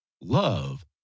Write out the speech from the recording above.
Love